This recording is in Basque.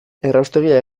erraustegia